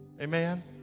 Amen